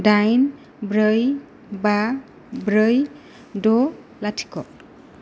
दाइन ब्रै बा ब्रै द' लाथिख'